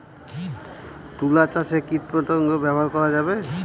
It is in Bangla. তুলা চাষে কীটপতঙ্গ ব্যবহার করা যাবে?